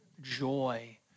joy